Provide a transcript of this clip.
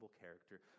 character